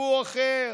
סיפור אחר.